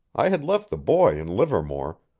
i had left the boy in livermore,